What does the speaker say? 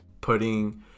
putting